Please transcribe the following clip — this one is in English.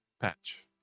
Patch